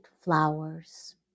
flowers